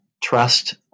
trust